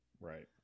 right